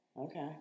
Okay